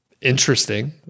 interesting